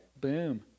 Boom